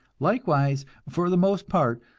likewise, for the most part,